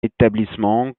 établissement